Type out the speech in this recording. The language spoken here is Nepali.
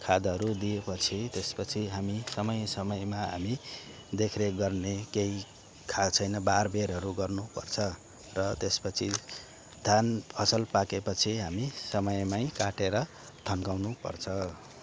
खाधहरू दिए पछि त्यसपछि हामी समय समयमा हामी देखरेख गर्ने केही छैन बारबेरहरू गर्नु पर्छ र त्यसपछि धान फसल पाकेपछि हामी समयमै काटेर थन्काउनु पर्छ